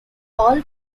all